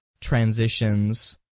transitions